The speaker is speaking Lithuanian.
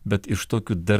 bet iš tokių dar